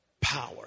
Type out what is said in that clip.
Power